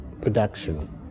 production